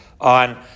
on